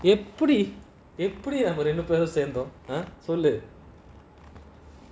எப்படிஎப்படிஇந்தரெண்டுபேரும்சேர்ந்துசொல்லு:eppadi eppadi indha rendu perum senrthu sollu